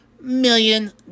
million